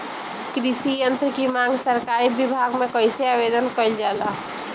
कृषि यत्र की मांग सरकरी विभाग में कइसे आवेदन कइल जाला?